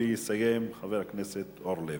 יסיים חבר הכנסת אורלב.